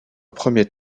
premier